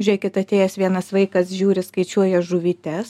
žiūrėkit atėjęs vienas vaikas žiūri skaičiuoja žuvytes